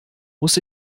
muss